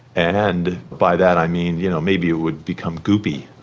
and by that i mean you know maybe it would become goopy.